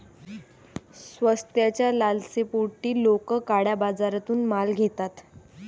स्वस्ताच्या लालसेपोटी लोक काळ्या बाजारातून माल घेतात